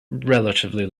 relatively